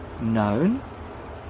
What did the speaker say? known